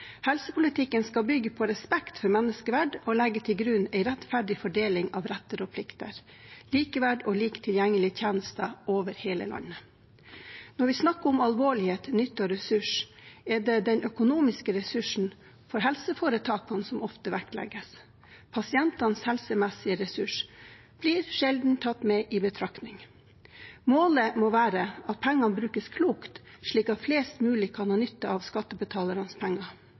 Helsepolitikken skal bygge på respekt for menneskeverd og legge til grunn en rettferdig fordeling av retter og plikter, likeverd og lik tilgjengelighet til tjenester over hele landet. Når vi snakker om alvorlighet, nytte og ressurs, er det den økonomiske ressursen for helseforetakene som ofte vektlegges. Pasientenes helsemessige ressurs blir sjelden tatt med i betraktningen. Målet må være at pengene brukes klokt, slik at flest mulig kan ha nytte av skattebetalernes penger.